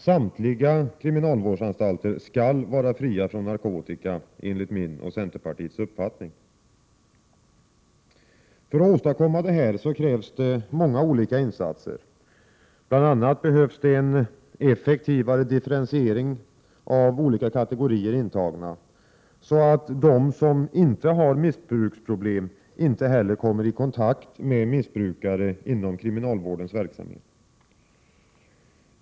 Samtliga kriminalvårdsanstalter skall vara fria från narkotika enligt min och centerns uppfattning. För att åstadkomma detta krävs många olika insatser. Bl. a.behövs det en effektivare differentiering av olika kategorier intagna, så att de som inte har missbruksproblem inte kommer i kontakt med missbrukare inom kriminalvårdens verksamhet.